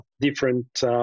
different